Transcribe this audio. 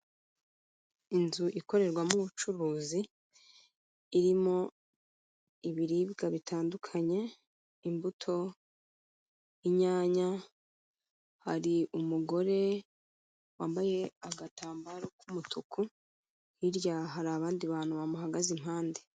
Inzu ikorerwamo ubucuruzi, irimo ibiribwa bitandukanye imbuto, inyanya, hari umugore wambaye agatambaro k'umutuku, hirya hari abandi bantu bamuhagaze impande.